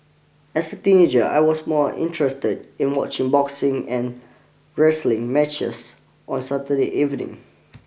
as a teenager I was more interested in watching boxing and wrestling matches on Saturday evening